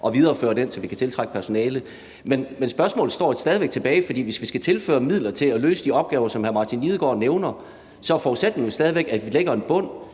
at videreføre den, så vi kan tiltrække personale. Men spørgsmålet står jo stadig væk tilbage. For hvis vi skal tilføre midler til at løse de opgaver, som hr. Martin Lidegaard nævner, er forudsætningen jo stadig væk, at vi lægger en bund,